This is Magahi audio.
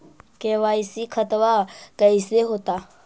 के.वाई.सी खतबा कैसे होता?